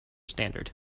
standard